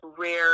rare